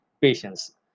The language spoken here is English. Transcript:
patients